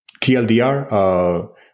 TLDR